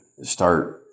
start